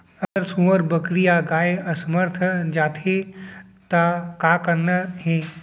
अगर सुअर, बकरी या गाय असमर्थ जाथे ता का करना हे?